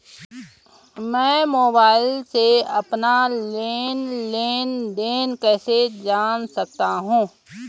मैं मोबाइल से अपना लेन लेन देन कैसे जान सकता हूँ?